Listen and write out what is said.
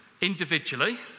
individually